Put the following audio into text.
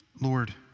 Lord